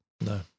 No